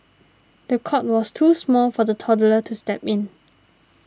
the cot was too small for the toddler to step in